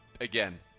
again